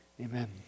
amen